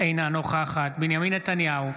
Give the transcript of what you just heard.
אינה נוכחת בנימין נתניהו,